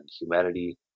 humanity